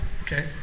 Okay